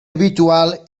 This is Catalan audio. habitual